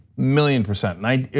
million percent right.